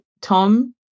tom